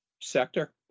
sector